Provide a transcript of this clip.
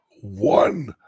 One